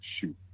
shoot